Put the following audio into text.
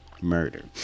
Murder